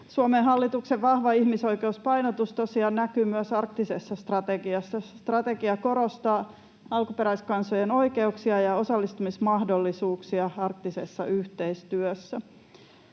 Suomen hallituksen vahva ihmisoikeuspainotus tosiaan näkyy myös arktisessa strategiassa. Strategia korostaa alkuperäiskansojen oikeuksia ja osallistumismahdollisuuksia arktisessa yhteistyössä.